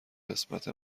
قسمت